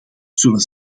zullen